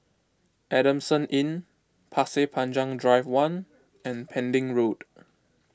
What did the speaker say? Adamson Inn Pasir Panjang Drive one and Pending Road